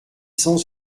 cent